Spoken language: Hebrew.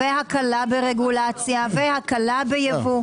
הקלה ברגולציה והקלה ביבוא.